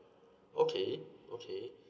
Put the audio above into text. okay okay